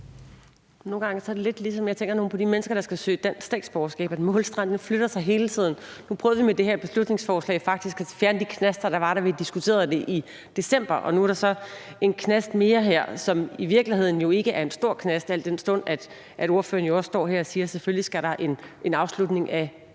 Nogle gange tænker jeg – lidt ligesom for de mennesker, der skal søge dansk statsborgerskab – at det er, som om målstregen flytter sig hele tiden. Nu prøvede vi med det her beslutningsforslag faktisk at fjerne de knaster, der var, da vi diskuterede det i december. Nu er der så en knast mere her, som i virkeligheden ikke er en stor knast, al den stund at ordføreren står her og siger, at der selvfølgelig skal en afslutning af